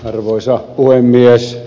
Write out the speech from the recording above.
arvoisa puhemies